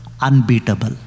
unbeatable